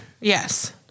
Yes